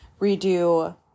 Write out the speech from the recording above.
redo